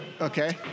Okay